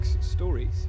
Stories